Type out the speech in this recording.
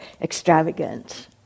extravagant